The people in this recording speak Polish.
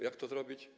Jak to zrobić?